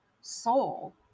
soul